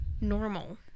normal